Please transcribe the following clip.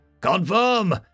Confirm